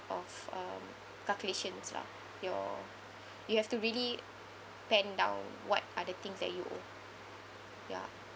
of uh calculations lah your you have to really pen down what are the things that you owe ya